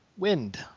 Wind